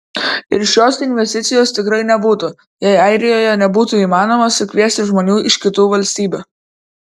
ir šios investicijos tikrai nebūtų jei airijoje nebūtų įmanoma sukviesti žmonių iš kitų valstybių